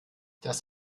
das